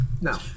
No